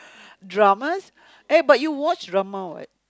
dramas eh but you watch drama what